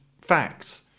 facts